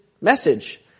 message